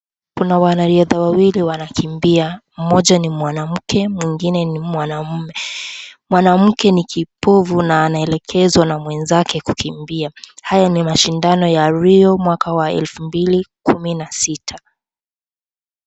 Kuna wanariadha wawili wanakimbia. Mmoja ni mwanamke mwingine ni mwanaume. Mwanamke ni kipofu na anaelekezwa na mwenzake kukimbia. Haya ni mashindano ya RIO, mwaka wa 2016.